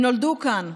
הם נולדו כאן,